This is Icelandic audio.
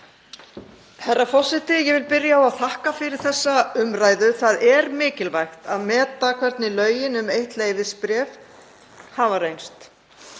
Herra forseti. Ég vil byrja á að þakka fyrir þessa umræðu. Það er mikilvægt að meta hvernig lögin um eitt leyfisbréf hafa reynst.